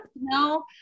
no